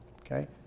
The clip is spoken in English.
okay